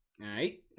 right